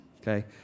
okay